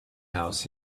house